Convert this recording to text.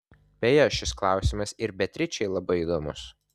beje šis klausimas ir beatričei labai įdomus